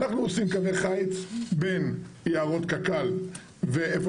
אנחנו עושים קווי חיץ בין יערות קק"ל ואיפה